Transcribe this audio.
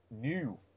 new